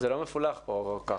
זה לא מפולח פה ככה.